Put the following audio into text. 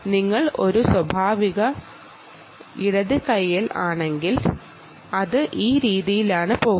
നിങ്ങൾ ഒരു ഇടത് കൈയ്യൻ ആണെങ്കിൽ അത് ഈ രീതിയിലാണ് പോകുന്നത്